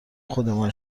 خودمان